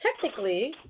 technically